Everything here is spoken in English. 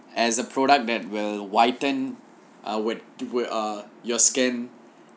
as a product that will whiten uh with with uh your skin